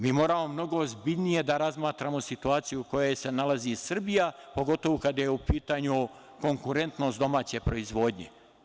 Mi moramo mnogo ozbiljnije da razmatramo situaciju u kojoj se nalazi Srbija, pogotovo kada je u pitanju konkurentnost domaće proizvodnje.